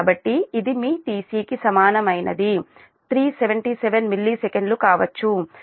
కాబట్టి ఇది మీ tcకి సమానమైనది 377 మిల్లీసెకన్లు కావచ్చు లేదా అది 1